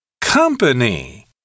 Company